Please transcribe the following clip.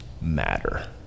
matter